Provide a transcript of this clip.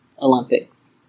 Olympics